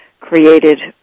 created